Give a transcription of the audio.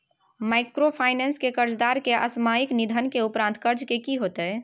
Microfinance के कर्जदार के असामयिक निधन के उपरांत कर्ज के की होतै?